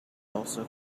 also